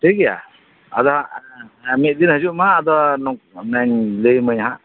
ᱴᱷᱤᱠ ᱜᱮᱭᱟ ᱟᱫᱚ ᱦᱟᱜ ᱢᱤᱫ ᱫᱤᱱ ᱦᱤᱡᱩᱜᱢᱮ ᱟᱫᱚ ᱞᱟᱹᱭ ᱟᱢᱟᱤᱧ ᱦᱟᱜ